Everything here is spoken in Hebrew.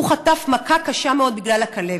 הוא חטף מכה קשה מאוד בגלל הכלבת.